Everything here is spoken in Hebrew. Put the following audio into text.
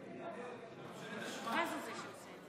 פעם ראשונה שאתה מתנגד,